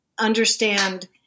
understand